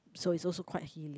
so it's also quite hilly